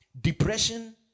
Depression